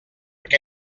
què